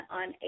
on